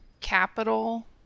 capital